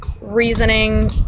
reasoning